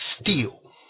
Steal